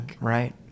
Right